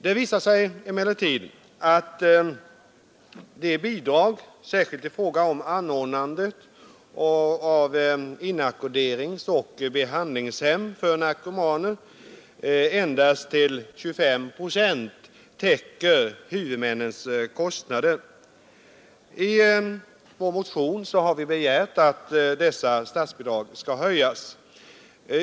Det visar sig emellertid att de bidrag som utgår, särskilt för användandet av inackorderingsoch behandlingshem för narkomaner, endast till 25 procent täcker huvudmännens kostnader. I vår motion har vi begärt att dessa statsbidrag skall höjas.